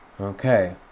Okay